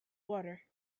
water